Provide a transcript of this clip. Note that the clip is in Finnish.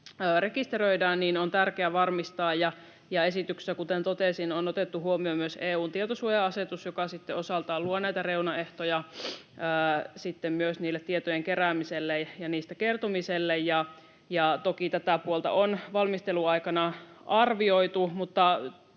rekisteröidään, on tärkeää varmistaa, ja kuten totesin, esityksessä on otettu huomioon myös EU:n tietosuoja-asetus, joka sitten osaltaan luo näitä reunaehtoja tietojen keräämiselle ja myös niistä kertomiselle. Toki tätä puolta on valmistelun aikana arvioitu,